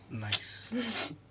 Nice